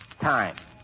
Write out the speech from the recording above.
time